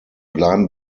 bleiben